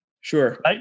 Sure